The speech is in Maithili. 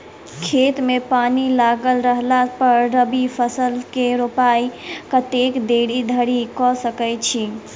खेत मे पानि लागल रहला पर रबी फसल केँ रोपाइ कतेक देरी धरि कऽ सकै छी?